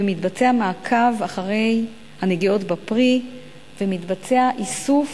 ומתבצע מעקב אחרי הנגיעות בפרי ומתבצע איסוף